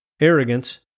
arrogance